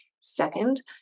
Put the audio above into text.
Second